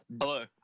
hello